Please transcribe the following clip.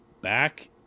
Back